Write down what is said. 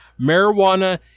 Marijuana